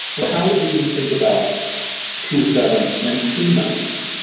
or how would they even think about two seven and two nine?